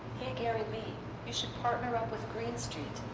hey gary you should partner up with green street,